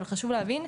אבל חשוב להבין,